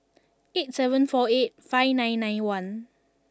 eight seven four eight five nine nine one